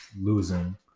losing –